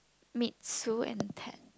made Sue and Pat